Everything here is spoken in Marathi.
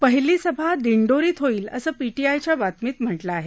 पहिली सभा दिंडोरीत होईल असं पीटीआयच्या बातमीत म्हटलं आहे